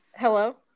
Hello